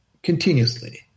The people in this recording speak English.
continuously